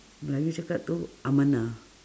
melayu cakap tu amanah